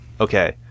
Okay